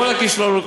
כל הכישלונות,